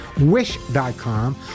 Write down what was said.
wish.com